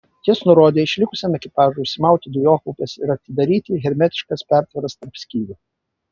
jis nurodė išlikusiam ekipažui užsimauti dujokaukes ir atidaryti hermetiškas pertvaras tarp skyrių